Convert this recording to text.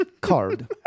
Card